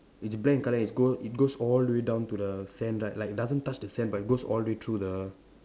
it's black in colour and it go it goes all the way down to the sand right like doesn't touch the sand but it goes all the way through the